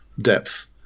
depth